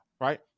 Right